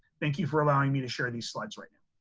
thank you for allowing me to share these slides right now.